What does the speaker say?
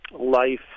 life